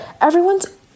Everyone's